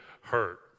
hurt